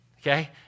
okay